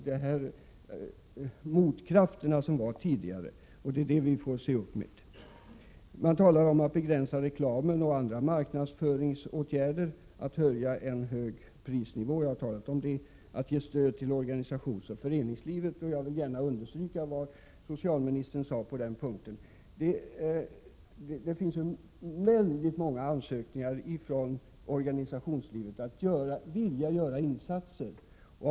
Därför måste vi nu se upp med dessa saker. Socialstyrelsen talar om att begränsa reklamen och andra marknadsföringsåtgärder, om att höja priserna och att ge stöd till föreningslivet, och jag vill gärna understryka vad socialministern sade på den punkten. Det föreligger väldigt många ansökningar från organisationslivet om bidrag för att man skall kunna göra insatser.